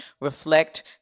Reflect